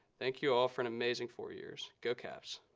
thank you all for an amazing four years. go cavs.